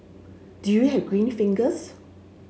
do you have green fingers